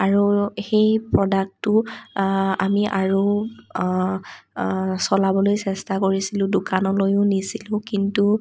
আৰু সেই প্ৰডাক্টটো আমি আৰু চলাবলৈ চেষ্টা কৰিছিলোঁ দোকানলৈও নিছিলোঁ কিন্তু